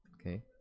Okay